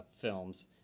films